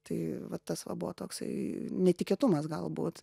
tai va tas va buvo toksai netikėtumas galbūt